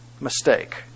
mistake